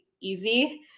easy